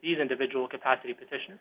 these individual capacity position